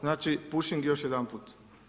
Znači pušing još jedanput.